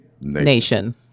nation